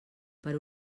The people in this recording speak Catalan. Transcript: per